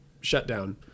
shutdown